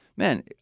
Man